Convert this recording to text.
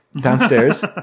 downstairs